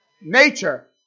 nature